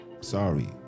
Sorry